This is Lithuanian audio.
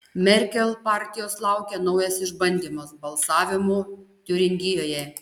merkel partijos laukia naujas išbandymas balsavimu tiuringijoje